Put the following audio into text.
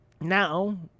now